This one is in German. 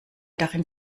darin